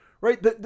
right